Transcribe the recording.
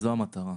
זו המטרה,